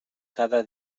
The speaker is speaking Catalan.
cada